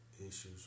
issues